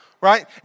right